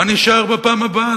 מה נשאר בפעם הבאה,